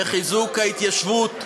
וחיזוק ההתיישבות,